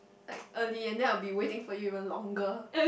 like early and then I will be waiting for you even longer